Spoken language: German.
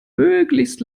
möglichst